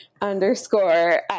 underscore